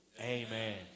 amen